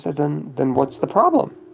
said, then then what's the problem?